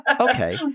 okay